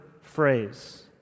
phrase